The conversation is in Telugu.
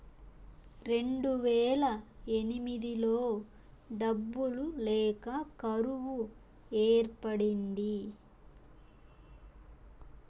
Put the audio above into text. రెండువేల ఎనిమిదిలో డబ్బులు లేక కరువు ఏర్పడింది